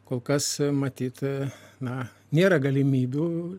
kol kas matyt na nėra galimybių